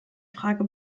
frage